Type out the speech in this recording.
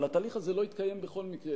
אבל התהליך הזה לא יתקיים בכל מקרה,